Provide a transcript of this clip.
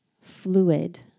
fluid